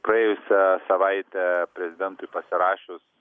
praėjusią savaitę prezidentui pasirašius